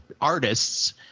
artists